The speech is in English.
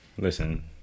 Listen